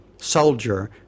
soldier